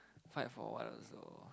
hide for what also